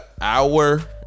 hour